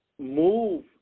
move